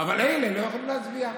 אבל אלה לא יכולים להצביע.